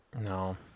No